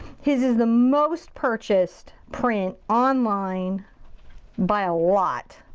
his is the most purchased print online by a lot.